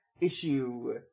issue